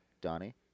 Donnie